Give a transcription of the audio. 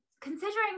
considering